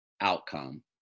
outcome